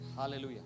Hallelujah